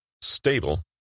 stable